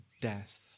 death